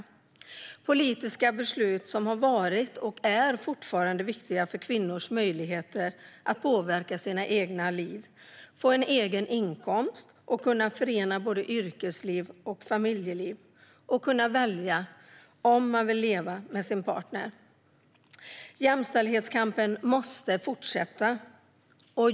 Det är politiska beslut som har varit och fortfarande är viktiga för kvinnors möjligheter att påverka sitt eget liv, få en egen inkomst, förena yrkesliv och familjeliv och välja om de vill leva med sin partner. Jämställdhetskampen måste fortsätta.